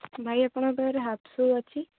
ଭାଇ ଆପଣଙ୍କ ପାଖରେ ହାଫ୍ ସୁ ଅଛି